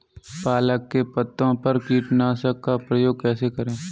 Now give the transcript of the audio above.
पालक के पत्तों पर कीटनाशक का प्रयोग कैसे करें?